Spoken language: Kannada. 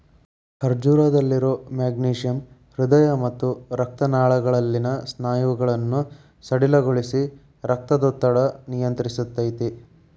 ಖರ್ಜೂರದಾಗಿರೋ ಮೆಗ್ನೇಶಿಯಮ್ ಹೃದಯ ಮತ್ತ ರಕ್ತನಾಳಗಳಲ್ಲಿನ ಸ್ನಾಯುಗಳನ್ನ ಸಡಿಲಗೊಳಿಸಿ, ರಕ್ತದೊತ್ತಡನ ನಿಯಂತ್ರಸ್ತೆತಿ